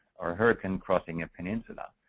or a hurricane crossing a peninsula.